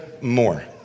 more